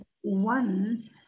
one